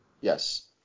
Yes